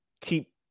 keep